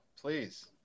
please